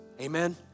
Amen